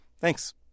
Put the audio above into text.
Thanks